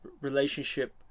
relationship